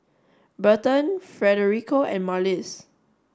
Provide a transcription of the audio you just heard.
Berton Federico and Marlys